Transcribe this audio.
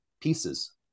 pieces